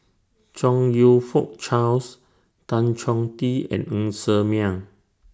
Chong YOU Fook Charles Tan Chong Tee and Ng Ser Miang